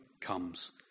comes